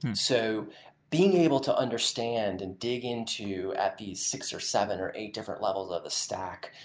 and so being able to understand and dig into at the six, or seven, or eight different levels of the stack,